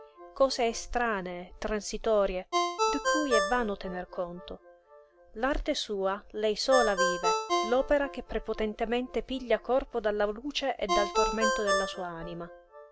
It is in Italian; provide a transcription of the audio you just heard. cose estranee transitorie di cui è vano tener conto l'arte sua lei sola vive l'opera che prepotentemente piglia corpo dalla luce e dal tormento della sua anima